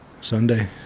Sunday